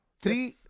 three